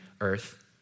earth